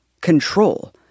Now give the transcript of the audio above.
control